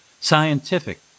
scientific